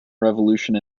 revolution